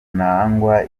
mnangagwa